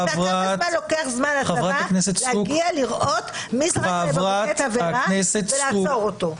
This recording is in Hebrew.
כמה זמן לוקח לשב"כ להגיע לראות מי זרק בקבוקי תבערה ולעצור אותו.